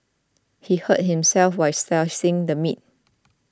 he hurt himself while slicing the meat